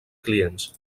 clients